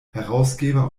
herausgeber